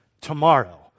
tomorrow